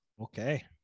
okay